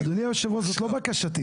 אדוני יושב הראש, זאת לא בקשתי.